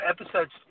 episodes